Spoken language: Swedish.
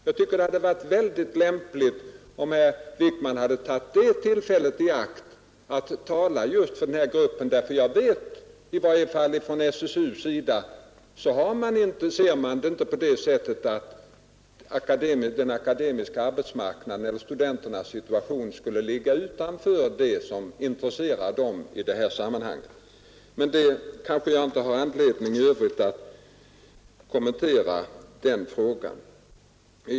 Jag anser att det hade varit mycket lämpligt om herr Wijkman tagit det tillfället i akt att tala för just denna grupp. Jag vet att man i varje fall inte inom SSU ser det så, att akademikernas situation skulle ligga utanför det som var aktuellt i detta sammanhang. Men jag kanske inte har anledning att i övrigt kommentera den frågan.